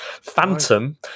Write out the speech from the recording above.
Phantom